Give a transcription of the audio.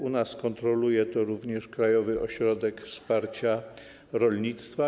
U nas kontroluje to również Krajowy Ośrodek Wsparcia Rolnictwa.